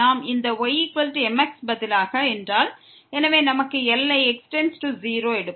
நாம் இந்த ymx பதிலாக வேறொன்றை வைத்தால் எனவே நாம் லிமிட் x→0 ஐ எடுத்துக்கொள்வோம்